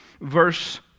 verse